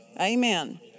Amen